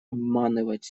обманывать